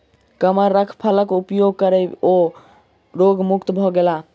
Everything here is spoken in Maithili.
कमरख फलक उपभोग करै पर ओ रोग मुक्त भ गेला